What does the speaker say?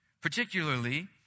Particularly